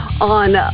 on